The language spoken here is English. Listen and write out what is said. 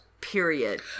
period